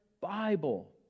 Bible